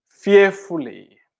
fearfully